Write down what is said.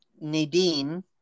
Nadine